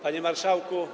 Panie Marszałku!